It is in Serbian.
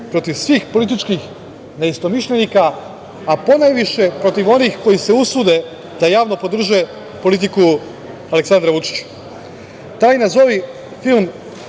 protiv svih političkih neistomišljenika, a ponajviše protiv onih koji se usude da javno podrže politiku Aleksandra Vučića. Taj, nazovi film,